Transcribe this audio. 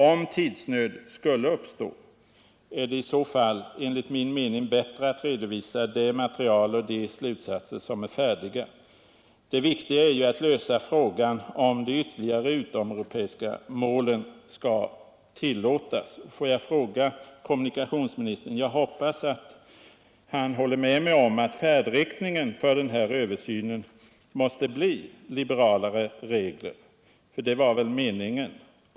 Om tidsnöd skulle uppstå är det i så fall enligt min mening bättre att redovisa det material och de slutsatser som är färdiga. Det viktiga är att lösa frågan om de ytterligare utomeuropeiska mål som skall tillåtas. Jag hoppas att kommunikationsministern håller med mig om att färdriktningen för den här översynen måste bli liberalare regler — för det var väl meningen?